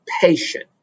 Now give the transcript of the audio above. patient